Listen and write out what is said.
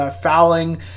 fouling